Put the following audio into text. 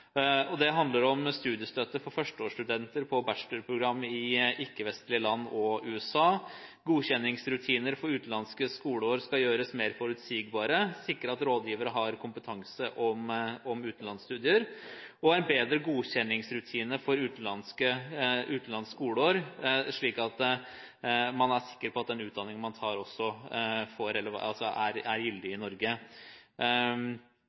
handler om studiestøtte for førsteårsstudenter på bachelorprogrammer i ikke-vestlige land og i USA, godkjenningsrutiner for at utenlandsskoleår skal gjøres mer forutsigbare, og sikre at rådgivere har kompetanse om utvekslingsmuligheter, og en bedre godkjenningsrutine for utenlandsskoleår, slik at man er sikker på at den utdanningen man tar, er gyldig i Norge, og hvordan man sikrer at utdanningen som elever får